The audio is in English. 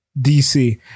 DC